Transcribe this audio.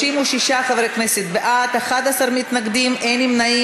36 חברי כנסת בעד, 11 מתנגדים, אין נמנעים.